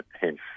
hence